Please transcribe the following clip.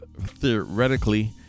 theoretically